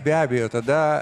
be abejo tada